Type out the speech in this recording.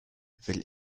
will